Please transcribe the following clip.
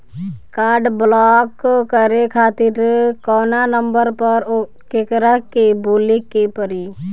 Card block करे खातिर कवना नंबर पर केकरा के बोले के परी?